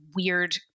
weird